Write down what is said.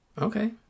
Okay